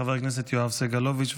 חבר הכנסת יואב סגלוביץ',